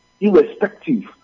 irrespective